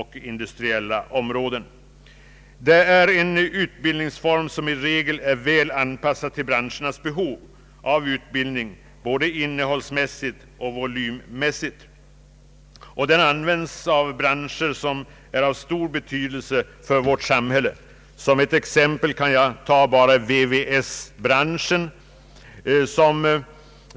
Det är en utbildningsform som i regel är väl anpassad till branschernas behov av utbildning både innehållsmässigt och volymmässigt, och den användes av yrken som är av stor betydelse för vårt samhälle, Som ett exempel kan jag nämna VVS-branschen.